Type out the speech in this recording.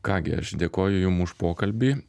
ką gi aš dėkoju jum už pokalbį